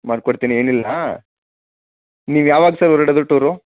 ಮಾಡ್ಕೊಡ್ತೀನಿ ಏನಿಲ್ಲ ನೀವ್ಯಾವಾಗ ಸರ್ ಹೊರಡೋದು ಟೂರು